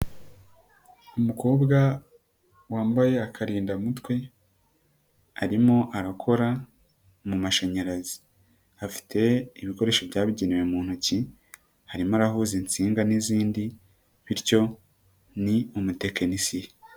Umukobwa wambaye akarindamutwe, arimo arakora mu mashanyarazi, afite ibikoresho byabigenewe mu ntoki, arimo arahoza insinga n'izindi bityo ni umutekinisiye.